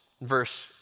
Verse